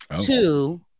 Two